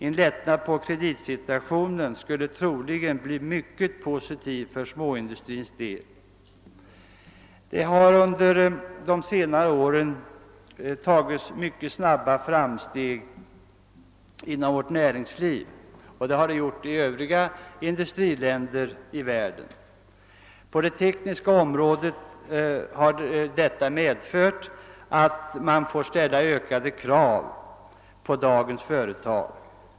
En lättnad i kreditsituationen skulle troligen bli mycket positiv för småindustrins del. På det tekniska området har detta medfört att ökade krav ställs på dagens företag.